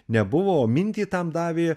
nebuvo o mintį tam davė